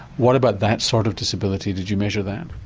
what about that sort of disability did you measure that?